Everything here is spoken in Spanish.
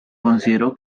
consideró